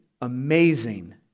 amazing